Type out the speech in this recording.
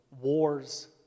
wars